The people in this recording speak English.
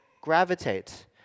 gravitate